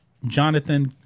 Jonathan